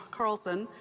carlson,